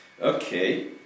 Okay